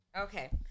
Okay